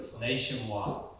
nationwide